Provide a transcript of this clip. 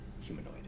humanoid